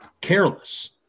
careless